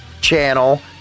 channel